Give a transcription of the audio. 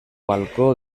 balcó